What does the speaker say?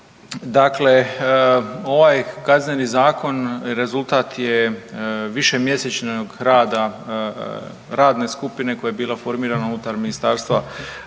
Dakle, ovaj Kazneni zakon rezultat je višemjesečnog rada radne skupine koja je bila formirana unutar Ministarstva